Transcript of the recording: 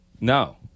No